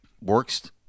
works